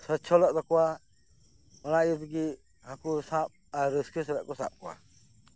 ᱥᱚᱪᱪᱷᱚᱞᱚᱜ ᱛᱟᱠᱚᱣᱟ ᱚᱱᱟ ᱤᱭᱟᱹᱛᱮᱜᱮ ᱦᱟᱠᱩ ᱥᱟᱵ ᱟᱨ ᱨᱟᱹᱥᱠᱟᱹ ᱥᱟᱞᱟᱜ ᱠᱚ ᱥᱟᱵ ᱠᱚᱣᱟ